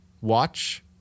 Watch